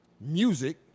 music